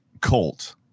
Colt